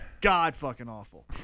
God-fucking-awful